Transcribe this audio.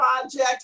project